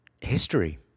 history